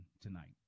tonight